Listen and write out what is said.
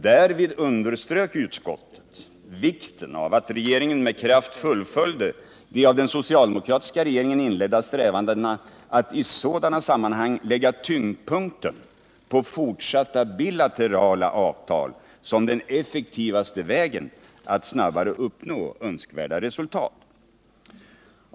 Därvid underströk utskottet vikten av att regeringen med kraft fullföljde de av den socialdemokratiska regeringen inledda strävandena att i sådana sammanhang lägga tyngdpunkten på fortsatta bilaterala avtal som den effektivaste vägen att snabbare nå önskvärda resultat.